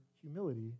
humility